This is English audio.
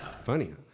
Funny